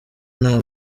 nta